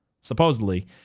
supposedly